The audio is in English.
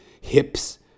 hips